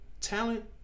talent